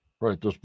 Right